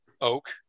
oak